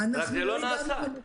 רק שזה לא נעשה.